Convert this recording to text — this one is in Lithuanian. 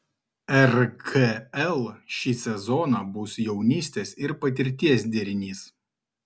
rkl šį sezoną bus jaunystės ir patirties derinys